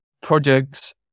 projects